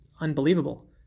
unbelievable